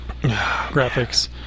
graphics